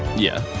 yeah.